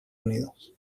unidos